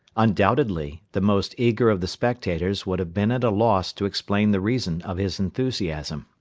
undoubtedly the most eager of the spectators would have been at a loss to explain the reason of his enthusiasm.